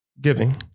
Giving